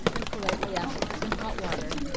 and politely asked for some hot water,